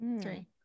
Three